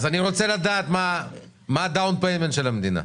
אז אני רוצה לדעת מה ה-down payment של המדינה.